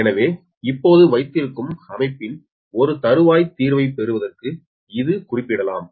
எனவே இப்போது வைத்திருக்கும் அமைப்பின் ஒரு தருவாய் தீர்வைப் பெறுவதற்கு இது குறிப்பிடப்படலாம்